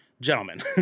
Gentlemen